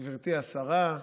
גברתי השרה,